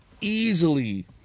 easily